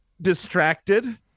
distracted